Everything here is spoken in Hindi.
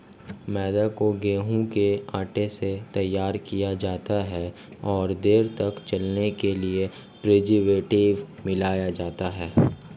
मैदा को गेंहूँ के आटे से तैयार किया जाता है और देर तक चलने के लिए प्रीजर्वेटिव मिलाया जाता है